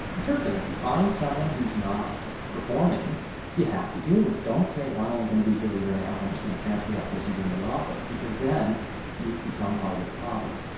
assert them. if you find someone who's not performing you have to deal with it. don't say, well, i'm only going to be here a year and a half. i'm just going to transfer that person to another office, because then you've become part of the problem.